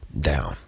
down